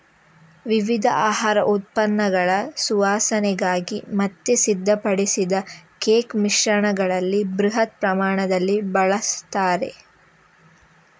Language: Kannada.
ವಿವಿಧ ಆಹಾರ ಉತ್ಪನ್ನಗಳ ಸುವಾಸನೆಗಾಗಿ ಮತ್ತೆ ಸಿದ್ಧಪಡಿಸಿದ ಕೇಕ್ ಮಿಶ್ರಣಗಳಲ್ಲಿ ಬೃಹತ್ ಪ್ರಮಾಣದಲ್ಲಿ ಬಳಸ್ತಾರೆ